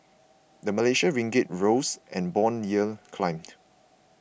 the Malaysian Ringgit rose and bond yield climbed